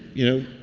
you know,